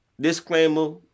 disclaimer